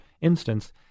instance